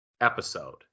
episode